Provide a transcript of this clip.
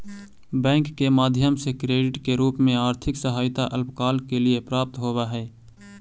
bank के माध्यम से क्रेडिट के रूप में आर्थिक सहायता अल्पकाल के लिए प्राप्त होवऽ हई